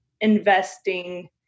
investing